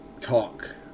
talk